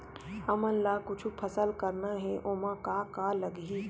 हमन ला कुछु फसल करना हे ओमा का का लगही?